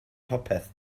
popeth